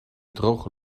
droge